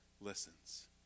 listens